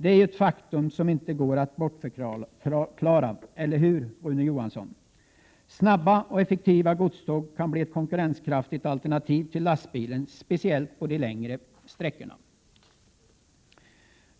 Det är ett faktum som inte går att bortförklara, eller hur Rune Johansson? Snabba och effektiva godståg kan bli ett konkurrenskraftigt alternativ till lastbilen — speciellt på de längre sträckorna.